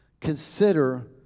consider